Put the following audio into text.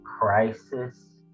crisis